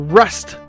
rest